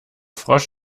frosch